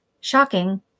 shocking